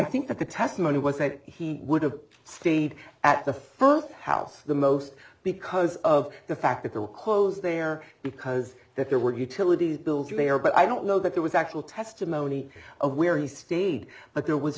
think that the testimony was that he would have stayed at the first house the most because of the fact that there were close there because that there were utilities bills they are but i don't know that there was actual testimony of where he stayed but there was